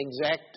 exact